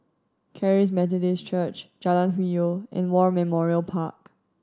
Charis Methodist Church Jalan Hwi Yoh and War Memorial Park